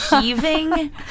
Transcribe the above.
heaving